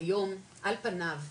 היום על פניו,